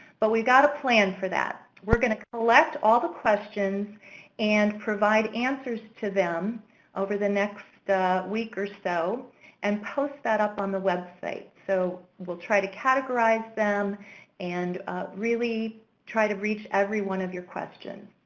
but we've got a plan for that. we're going to collect all the questions and provide answers to them over the next week or so and post that up on the website. so we'll try to categorize them and really try to reach every one of your questions.